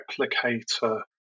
replicator